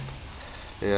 ya